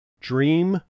dream